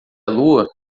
lua